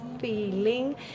feeling